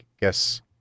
guess